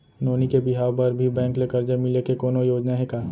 नोनी के बिहाव बर भी बैंक ले करजा मिले के कोनो योजना हे का?